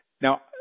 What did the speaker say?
Now